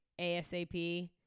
ASAP